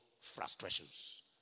frustrations